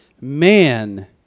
man